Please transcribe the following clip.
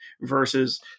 versus